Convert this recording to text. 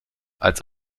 als